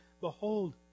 Behold